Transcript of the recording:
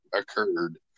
occurred